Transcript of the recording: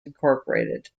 incorporated